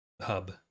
hub